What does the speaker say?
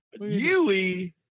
Yui